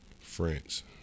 France